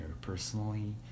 personally